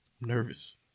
Nervous